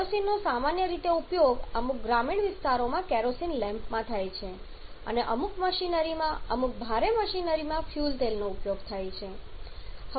કેરોસીનનો સામાન્ય રીતે ઉપયોગ અમુક ગ્રામીણ વિસ્તારોમાં કેરોસીન લેમ્પમાં થાય છે અને અમુક મશીનરીમાં અમુક ભારે મશીનરીમાં ફ્યુઅલ તેલનો ઉપયોગ થાય છે